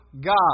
God